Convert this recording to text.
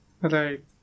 Right